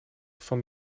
van